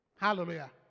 Hallelujah